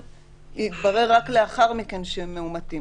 גברתי,